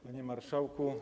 Panie Marszałku!